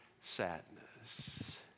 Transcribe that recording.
sadness